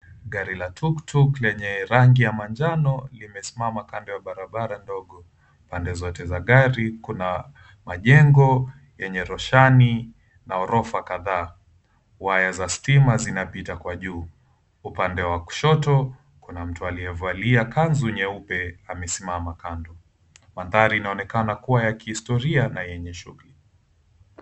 Gari la tuktuk lenye rangi ya manjano limesimama kando ya barabara ndogo. Pande zote za gari kuna majengo yenye roshani na ghorofa kadhaa. Nyaya za stima zinapita kwa juu. Upande wa kushoto kuna mtu alievalia kanzu nyeupe amesimama kando. Maanthari yanaonekana ya kihistoria na yenye shughuli.